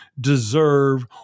deserve